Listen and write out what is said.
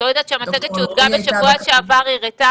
ד"ר אלרעי הייתה --- את לא יודעת שהמצגת שהוצגה בשבוע שעבר הראתה,